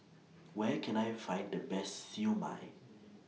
Where Can I Find The Best Siew Mai